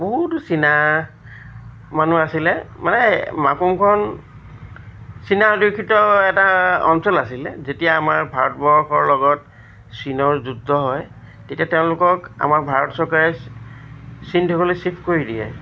বহুতো চীনা মানুহ আছিলে মানে মাকুমখন চীনা উদেক্ষিত এটা অঞ্চল আছিলে যেতিয়া আমাৰ ভাৰতবৰ্ষৰ লগত চীনৰ যুদ্ধ হয় তেতিয়া তেওঁলোকক আমাৰ ভাৰত চৰকাৰে চীন দেশলৈ চিফ্ট কৰি দিয়ে